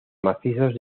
macizos